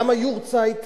למה יארצייט?